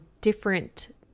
different